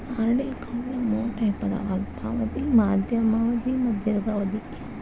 RD ಅಕೌಂಟ್ನ್ಯಾಗ ಮೂರ್ type ಅದಾವ ಅಲ್ಪಾವಧಿ ಮಾಧ್ಯಮ ಅವಧಿ ಮತ್ತ ದೇರ್ಘಾವಧಿ